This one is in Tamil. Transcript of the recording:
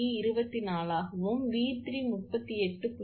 24ஆகவும் 𝑉3 38